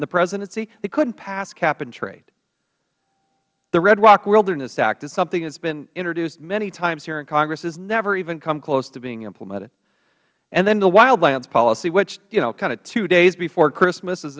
and the presidency they couldn't pass cap and trade the red rock wilderness act is something that has been introduced many times here in congress it has never even come close to being implemented and then the wild lands policy which kind of hdays before christmas was